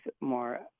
more